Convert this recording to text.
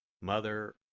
Mother